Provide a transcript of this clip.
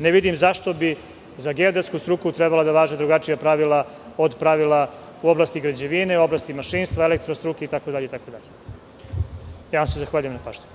Ne vidim zašto bi za geodetsku trebalo da važe drugačija pravila od pravila u oblasti građevine, u oblasti mašinstva, elektro struke itd. Zahvaljujem se na pažnji.